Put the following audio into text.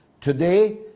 today